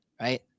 right